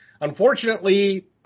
Unfortunately